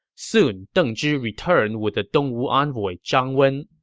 soon, deng zhi returned with the dongwu envoy zhang wen.